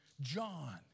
John